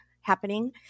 happening